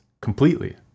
completely